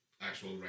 actual